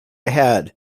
ahead